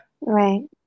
Right